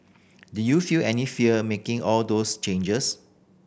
did you feel any fear making all those changes